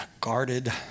guarded